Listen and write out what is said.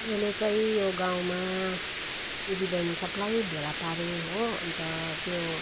मैले चाहिँ यो गाउँमा दिदीबैनी सबलाई भेला पारेँ हो अन्त त्यो